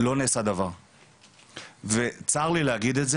לא נעשה דבר וצר לי להגיד את זה,